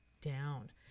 down